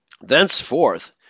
Thenceforth